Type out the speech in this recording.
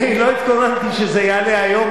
אני לא התכוננתי שזה יעלה היום,